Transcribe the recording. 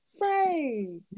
Right